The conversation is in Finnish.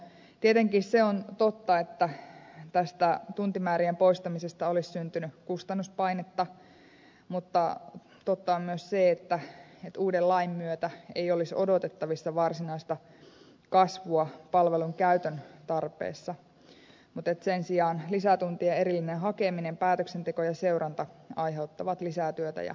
tietenkin se on totta että tästä tuntimäärien poistamisesta olisi syntynyt kustannuspainetta mutta totta on myös se että uuden lain myötä ei olisi odotettavissa varsinaista kasvua palvelun käytön tarpeessa mutta sen sijaan lisätuntien erillinen hakeminen päätöksenteko ja seuranta aiheuttavat lisää työtä ja kustannuksia myös yhteiskunnalle